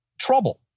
trouble